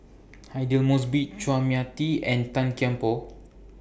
Aidli Mosbit Chua Mia Tee and Tan Kian Por